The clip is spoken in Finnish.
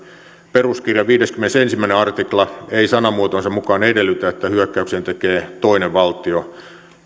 peruskirjan viideskymmenesensimmäinen artikla ei sanamuotonsa mukaan edellytä että hyökkäyksen tekee toinen valtio